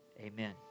Amen